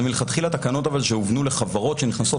זה מלכתחילה תקנות שהובנו לחברות שנכנסות